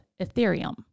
Ethereum